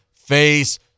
face